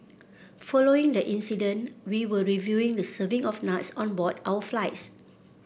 following the incident we will reviewing the serving of nuts on board our flights